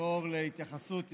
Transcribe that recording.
אעבור להתייחסות יותר,